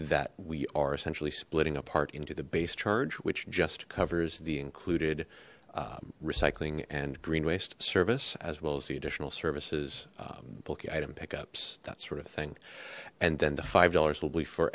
that we are essentially splitting apart into the base charge which just covers the included recycling and green waste service as well as the additional services bulky item pickups that sort of thing and then the five dollars